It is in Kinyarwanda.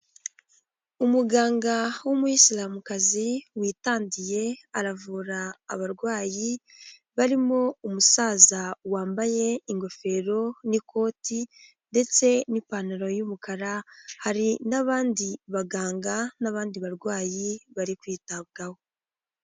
Umuganga w'umuyisilamukazi witandiye aravura abarwayi, barimo umusaza wambaye ingofero n'ikoti ndetse n'ipantaro y'umukara, hari n'abandi baganga n'abandi barwayi bari kwitabwaho.